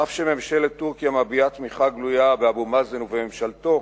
אף שממשלת טורקיה מביעה תמיכה גלויה באבו מאזן ובממשלתו,